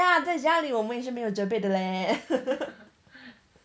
ya 在家里我们也是没有折被的 leh